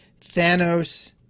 Thanos